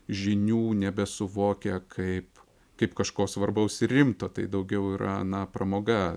žinių nebesuvokia kaip kaip kažko svarbaus ir rimto tai daugiau yra na pramoga